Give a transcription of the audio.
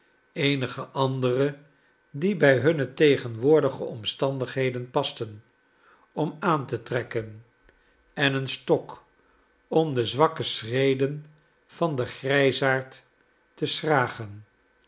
eenige andere die bij hunne tegenwoordige omstandigheden pasten om aan te trekken en een stok om de zwakke schreden van den grijsaard te schragen